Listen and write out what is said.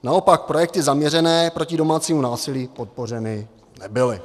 Naopak projekty zaměřené proti domácímu násilí podpořeny nebyly.